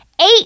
eight